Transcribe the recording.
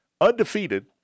Undefeated